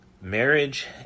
marriage